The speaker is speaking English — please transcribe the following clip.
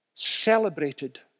Celebrated